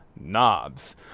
knobs